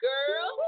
Girl